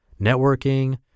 networking